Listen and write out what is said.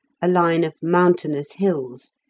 a line of mountainous hills,